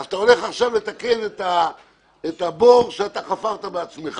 אתה הולך לתקן את הבור שאתה חפרת בעצמך.